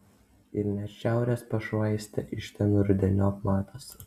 ir net šiaurės pašvaistė iš ten rudeniop matosi